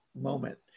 moment